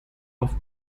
auf